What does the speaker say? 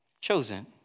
chosen